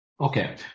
okay